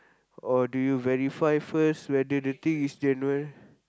or do you verify first whether the thing is general